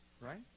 Right